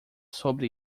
sobre